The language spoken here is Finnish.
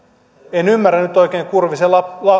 en ymmärrä nyt oikein kurvisen